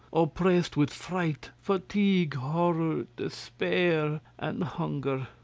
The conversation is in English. oppressed with fright, fatigue, horror, despair, and hunger.